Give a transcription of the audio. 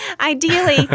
ideally